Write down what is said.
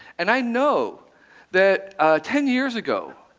and i know that ten years ago,